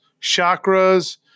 chakras